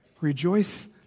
Rejoice